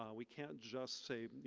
um we can't just say, you